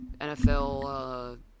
NFL